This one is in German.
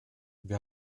wir